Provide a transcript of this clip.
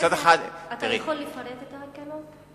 אתה יכול לפרט את ההקלות?